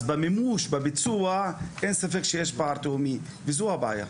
במימוש, בביצוע אין ספק שיש פער תהומי וזו הבעיה.